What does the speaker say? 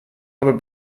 aber